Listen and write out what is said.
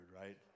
right